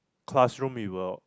classroom we were